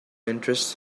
interest